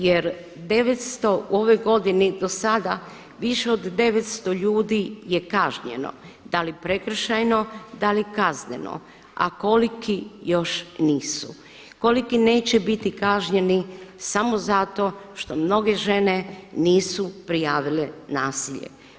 Jer u ovoj godini dosada više od 900 ljudi je kažnjeno, da li prekršajno da li kazneno, a koliko još nisu, koliki neće biti kažnjeni samo zato što mnoge žene nisu prijavile nasilje.